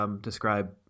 describe